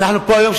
אנחנו פה היום,